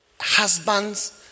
husbands